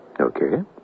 Okay